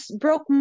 broke